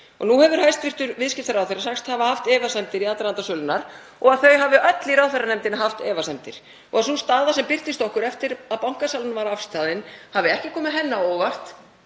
Nú hefur hæstv. viðskiptaráðherra sagst hafa haft efasemdir í aðdraganda sölunnar og að þau hafi öll í ráðherranefndinni haft efasemdir og að sú staða sem birtist okkur eftir að bankasalan var afstaðin hafi ekki komið henni á óvart